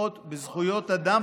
פגיעות בזכויות אדם.